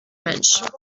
mensch